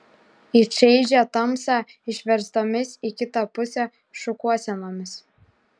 į čaižią tamsą išverstomis į kitą pusę šukuosenomis